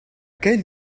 quelle